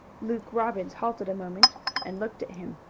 luke robbins halted a moment and looked at him.